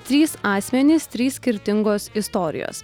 trys asmenys trys skirtingos istorijos